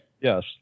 Yes